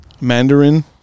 Mandarin